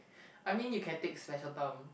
I mean you can take special term